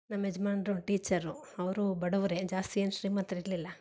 ನಮ್ಮೆಜಮಾನ್ರು teacher ಅವರೂ ಬಡವರೇ ಜಾಸ್ತಿ ಏನು ಶ್ರೀಮಂತರಿರಲಿಲ್ಲ